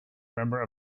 member